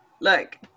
Look